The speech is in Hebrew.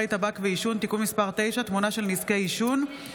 טבק ועישון (תיקון מס' 9) (תמונה של נזקי העישון),